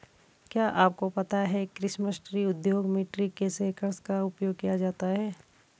क्या आपको पता है क्रिसमस ट्री उद्योग में ट्री शेकर्स का उपयोग किया जाता है?